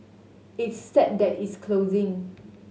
it's sad that it's closing